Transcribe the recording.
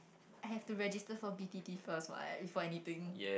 I have to register for B_T_T first what before anything